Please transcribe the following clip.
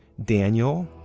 daniel,